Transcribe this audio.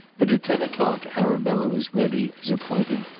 but at ten o'clock arabella was ready, as appointed,